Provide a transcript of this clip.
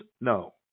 No